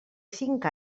cinc